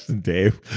dave.